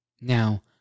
Now